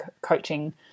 coaching